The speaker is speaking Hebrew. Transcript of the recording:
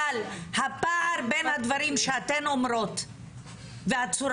אבל הפער בין הדברים שאתן אומרות והצורה